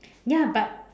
ya but